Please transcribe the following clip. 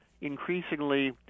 Increasingly